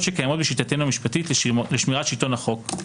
שקיימות בשיטתנו המשפטית לשמירת שלטון החוק,